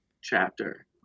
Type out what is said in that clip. chapter